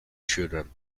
children